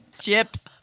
chips